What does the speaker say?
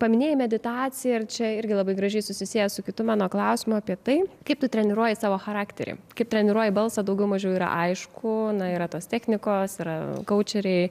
paminėjai meditaciją ir čia irgi labai gražiai susisieja su kitu mano klausimu apie tai kaip tu treniruoji savo charakterį kaip treniruoji balsą daugiau mažiau yra aišku yra tos technikos yra kaučeriai